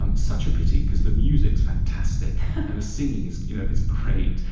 um such a pity because the music's fantastic, and the singing is you know is great,